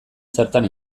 zertan